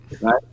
right